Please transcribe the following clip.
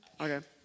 Okay